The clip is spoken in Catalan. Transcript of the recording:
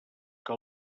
que